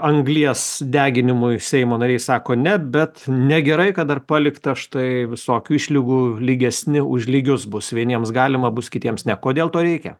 anglies deginimui seimo nariai sako ne bet negerai kad dar palikta štai visokių išlygų lygesni už lygius bus vieniems galima bus kitiems ne kodėl to reikia